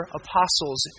apostles